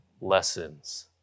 lessons